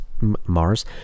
Mars